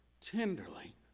tenderly